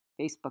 Facebook